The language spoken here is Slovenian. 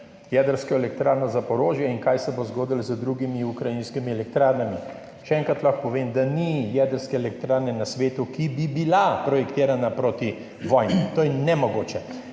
jedrsko elektrarno Zaporožje in kaj se bo zgodilo z drugimi ukrajinskimi elektrarnami. Še enkrat lahko povem, da ni jedrske elektrarne na svetu, ki bi bila projektirana proti vojni. To je nemogoče.